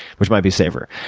which might be safer,